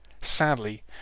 Sadly